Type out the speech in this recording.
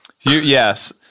Yes